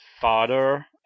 father